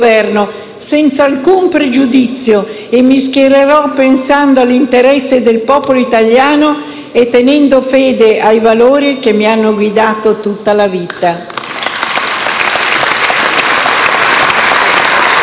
senza alcun pregiudizio, e mi schiererò pensando all'interesse del popolo italiano e tenendo fede ai valori che mi hanno guidata in tutta la vita.